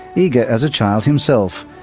eager as a child himself.